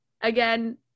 Again